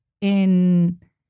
en